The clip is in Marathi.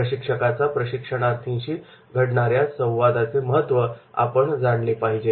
प्रशिक्षकाचा प्रशिक्षणार्थींची घडणाऱ्या संवादाचे महत्त्व आपण जाणले पाहिजे